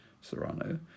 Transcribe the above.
Serrano